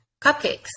cupcakes